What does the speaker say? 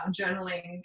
journaling